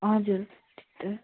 हजुर त्यही त